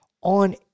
on